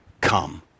come